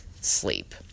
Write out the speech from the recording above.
sleep